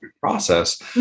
process